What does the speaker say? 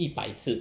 一百次